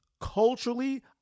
culturally